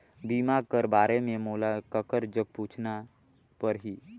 बीमा कर बारे मे मोला ककर जग पूछना परही?